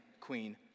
Queen